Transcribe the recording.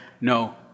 No